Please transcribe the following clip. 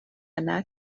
yna